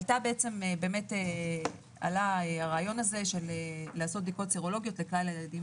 עלה הרעיון לעשות בדיקות סרולוגיות לכלל הילדים